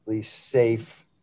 safe